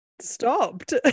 stopped